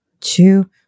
two